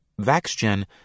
VaxGen